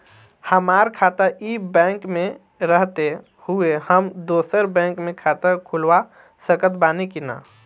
हमार खाता ई बैंक मे रहते हुये हम दोसर बैंक मे खाता खुलवा सकत बानी की ना?